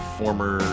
former